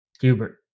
Hubert